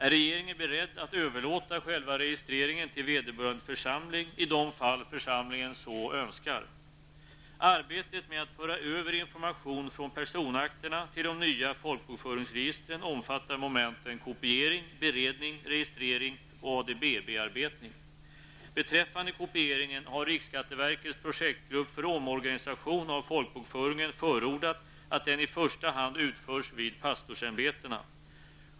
Är regeringen beredd att överlåta själva registreringen till vederbörande församling i de fall församlingen så önskar? Arbetet med att föra över informaton från personakterna till de nya folkbokföringsregistren omfattar momenten kopiering, beredning, registrering och ADB-bearbetning. Beträffande kopieringen har riksskatteverkets projetgrupp för omorganisation av folkbokföringen förordat att den i första hand utförs vid pastorsämbetena.